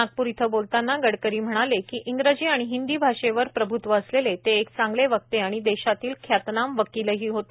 नागपूर इथं बोलतांना गडकरी म्हणाले इंग्रजी आणि हिंदी आषेवर प्रभुत्व असलेले ते एक चांगले वक्ते आणि देशातील ख्यातनाम वकीलही होते